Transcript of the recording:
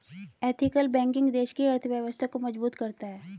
ethical banking देश की अर्थव्यवस्था को मजबूत करता है